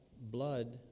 blood